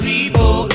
People